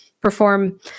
perform